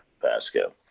Pasco